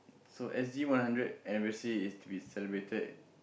so S_G one hundred anniversary is to be celebrated